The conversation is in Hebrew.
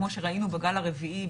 כמו שראינו בגל הרביעי,